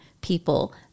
people